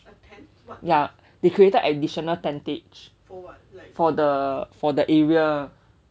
ya they created additional tentage for the for the area